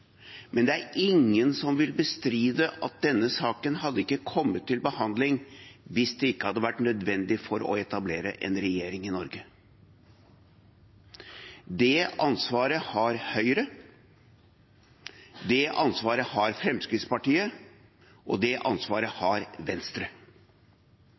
men det er ingen som vil bestride at denne saken ikke hadde kommet til behandling hvis det ikke hadde vært nødvendig for å etablere en regjering i Norge. Det ansvaret har Høyre, det ansvaret har Fremskrittspartiet, og det ansvaret